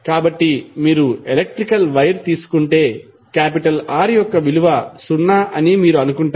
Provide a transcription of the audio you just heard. కాబట్టి మీరు electrical wire తీసుకుంటే R యొక్క విలువ సున్నా అని మీరు అనుకుంటారు